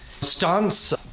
Stunts